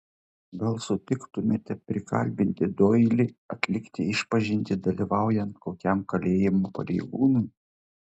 gal sutiktumėte prikalbinti doilį atlikti išpažintį dalyvaujant kokiam kalėjimo pareigūnui